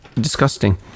disgusting